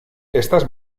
estas